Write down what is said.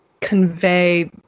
convey